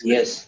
Yes